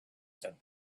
said